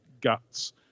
guts